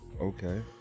okay